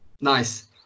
Nice